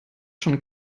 schon